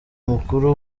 mukuru